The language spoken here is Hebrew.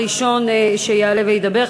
ראשון שיעלה וידבר,